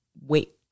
wait